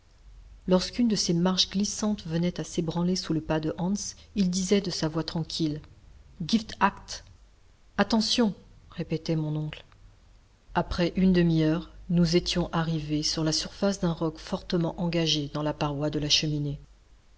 lorsqu'une de ces marches glissantes venait à s'ébranler sous le pas de hans il disait de sa voix tranquille gif akt attention répétait mon oncle après une demi-heure nous étions arrivés sur la surface d'un roc fortement engagé dans la paroi de la cheminée